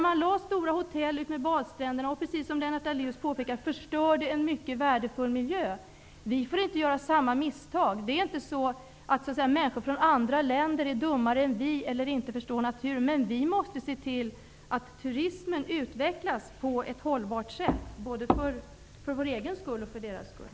Man byggde stora hotell utmed badstränderna och -- precis som Lennart Daléus påpekade -- förstörde en mycket värdefull miljö. Vi får inte göra samma misstag. Det är inte så, att människor från andra länder är dummare än vi eller att de inte förstår sig på naturen, men vi måste se till att turismen utvecklas på ett hållbart sätt, både för vår egen skull och för turismens skull.